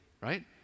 Right